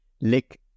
lick